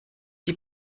die